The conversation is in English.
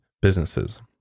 businesses